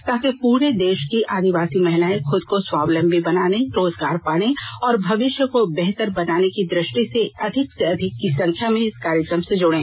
ताकि पूरे देश की आदिवासी महिलाएं खूद को स्वावलंबी बनाने रोजगार पाने और भविष्य को बेहतर बनाने की दृष्टि से अधिक से अधिक की संख्या मेँ इस कार्यक्रम से जुड़ें